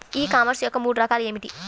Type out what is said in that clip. ఈ కామర్స్ యొక్క మూడు రకాలు ఏమిటి?